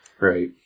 Right